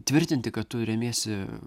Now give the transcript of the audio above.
tvirtinti kad tu remiesi